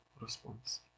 response